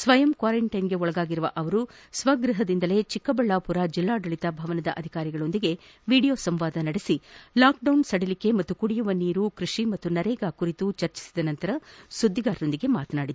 ಸ್ವಯಂ ಕ್ವಾರಂಟೈನ್ಗೆ ಒಳಗಾಗಿರುವ ಅವರು ಸ್ವಗೃಹದಿಂದಲೇ ಚಿಕ್ಕಬಳ್ಳಾಪುರ ಜಿಲ್ಲಾಡಳಿತ ಭವನದ ಅಧಿಕಾರಿಗಳೊಂದಿಗೆ ವಿಡಿಯೋ ಸಂವಾದ ನಡೆಸಿ ಲಾಕ್ಡೌನ್ ಸಡಿಲಿಕೆ ಹಾಗೂ ಕುಡಿಯುವ ನೀರು ಕೃಷಿ ಮತ್ತು ನರೇಗಾ ಕುರಿತು ಚರ್ಚಿಸಿದ ನಂತರ ಸುದ್ದಿಗಾರರೊಂದಿಗೆ ಮಾತನಾಡಿದರು